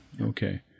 Okay